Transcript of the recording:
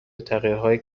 تغییرهایی